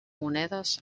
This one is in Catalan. monedes